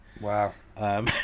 Wow